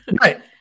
Right